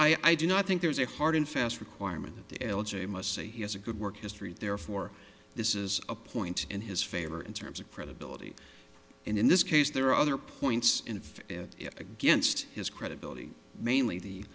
history i do not think there is a hard and fast requirement that the l g a must say he has a good work history therefore this is a point in his favor in terms of credibility and in this case there are other points infective against his credibility mainly the